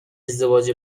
ازدواج